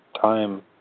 time